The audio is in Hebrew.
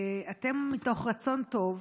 אתם, מתוך רצון טוב,